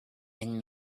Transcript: and